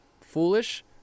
foolish